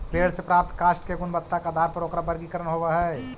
पेड़ से प्राप्त काष्ठ के गुणवत्ता के आधार पर ओकरा वर्गीकरण होवऽ हई